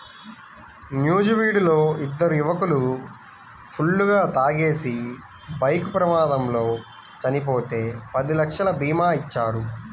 నూజివీడులో ఇద్దరు యువకులు ఫుల్లుగా తాగేసి బైక్ ప్రమాదంలో చనిపోతే పది లక్షల భీమా ఇచ్చారు